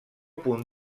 punt